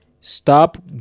stop